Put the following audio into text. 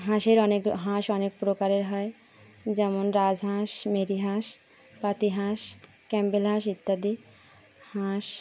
হাঁসের অনেক হাঁস অনেক প্রকারের হয় যেমন রাজহাঁস মেরি হাঁস পাতিহাঁস ক্যাম্পবেল হাঁস ইত্যাদি হাঁস